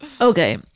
Okay